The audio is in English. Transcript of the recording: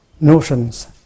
notions